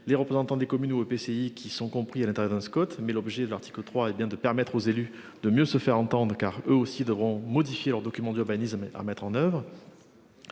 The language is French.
les représentants des communes ou EPCI, qui sont compris à l'intérêt d'un Scott. Mais l'objet de l'article 3 est bien de permettre aux élus de mieux se faire entendre, car eux aussi devront modifier leurs documents d'urbanisme et à mettre en oeuvre.